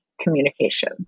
communication